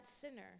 sinner